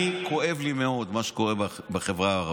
אני, כואב לי מאוד מה שקורה בחברה הערבית.